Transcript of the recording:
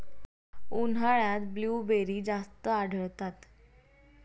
उन्हाळ्यात ब्लूबेरी जास्त आढळतात